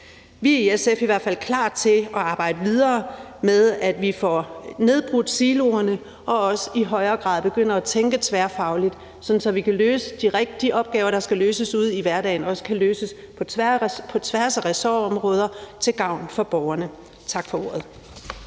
Vi i SF er i hvert fald klar til at arbejde videre med, at vi får nedbrudt siloerne og også i højere grad begynder at tænke tværfagligt, sådan at vi kan løse de rigtige opgaver, der skal løses ude i hverdagen, på tværs af ressortområder til gavn for borgerne. Tak for ordet.